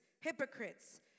hypocrites